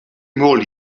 moly